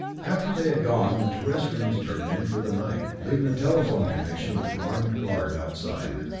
after they had gone, the terrestrians turned in for the night, leaving a telephone connection with the armed guard outside.